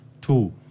Two